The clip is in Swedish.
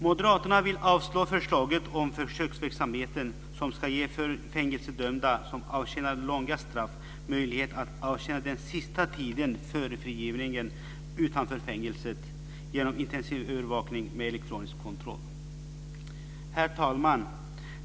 Moderaterna vill avslå förslaget om försöksverksamheten som ska ge fängelsedömda som avtjänar långa straff möjlighet att avtjäna den sista tiden före frigivningen utanför fängelset genom intensivövervakning med elektronisk kontroll. Herr talman!